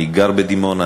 אני גר בדימונה,